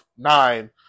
nine